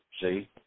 see